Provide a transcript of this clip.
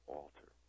altar